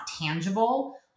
tangible